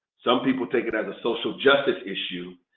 some people take it as a social justice issue.